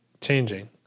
changing